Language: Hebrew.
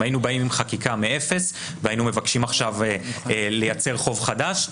אם היינו באים עם חקיקה מאפס והיינו מבקשים עכשיו לייצר חוב חדש,